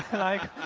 like,